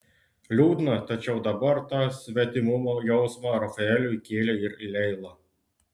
liūdna tačiau dabar tą svetimumo jausmą rafaeliui kėlė ir leila